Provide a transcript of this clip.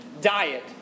diet